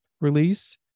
release